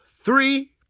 three